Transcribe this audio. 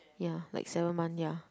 ya like seven month ya